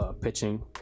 pitching